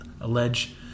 allege